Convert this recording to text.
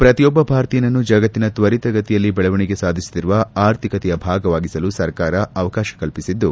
ಪ್ರತಿಯೊಬ್ಲ ಭಾರತೀಯನನ್ನು ಜಗತ್ತಿನ ತ್ವರಿತಗತಿಯಲ್ಲಿ ಬೆಳವಣಿಗೆ ಸಾಧಿಸುತ್ತಿರುವ ಆರ್ಥಿಕತೆಯ ಭಾಗವಾಗಿಸಲು ಸರ್ಕಾರ ಅವಕಾಶ ಕಲ್ಪಿಸಿದ್ದು